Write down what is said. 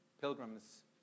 pilgrims